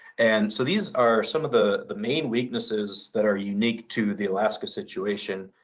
and so, these are some of the the main weaknesses that are unique to the alaska situation.